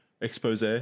expose